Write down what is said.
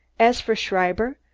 as for schreiber,